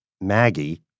Maggie